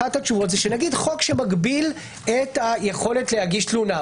אחת התשובות זה שנגיד חוק שמגביל את היכולת להגיש תלונה.